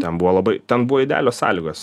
ten buvo labai ten buvo idealios sąlygos